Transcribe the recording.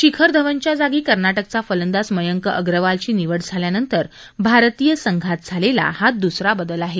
शिखर धवनच्या जागी कर्नाटकचा फलंदाज मयांक अगरवालची निवड झाल्यानंतर भारतीय संघात झालेला हा दुसरा बदल आहे